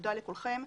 תודה לכולכם.